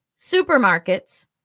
supermarkets